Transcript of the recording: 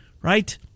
right